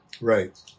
Right